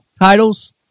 titles